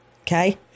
Okay